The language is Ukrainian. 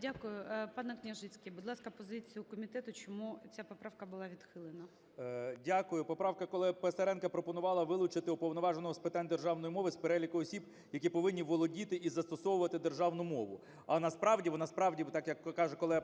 Дякую. ПанеКняжицький, будь ласка, позицію комітету, чому ця поправка була відхилена. 13:15:01 КНЯЖИЦЬКИЙ М.Л. Дякую. Поправка колеги Писаренка пропонувала вилучили "Уповноваженого із питань державної мови" з переліку осіб, які повинні володіти і застосовувати державну мову. А насправді, вона справді, так, як каже колега